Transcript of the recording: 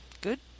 good